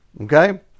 Okay